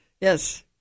yes